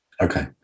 Okay